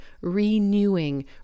renewing